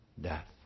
death